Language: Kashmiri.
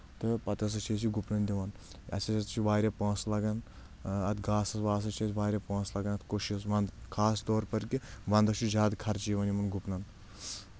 تہٕ پتہٕ ہسا چھِ أسۍ یہِ گُپنن دِوان اَسہِ ہسا چھِ واریاہ پونٛسہٕ لگان اتھ گاسس واسس چھِ أسۍ واریاہ پونٛسہٕ لگان اتھ کوشس ونٛد خاص طور پر کہِ ونٛدس چھُ زیادٕ خرچہِ یِوان یِمن گُپنن